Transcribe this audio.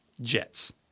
Jets